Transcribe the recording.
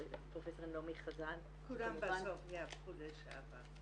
פרופסור נעמי חזן -- כולם בסוף יהפכו לשעבר.